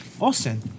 Austin